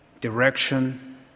direction